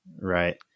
Right